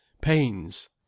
Pains